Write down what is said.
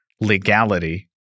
legality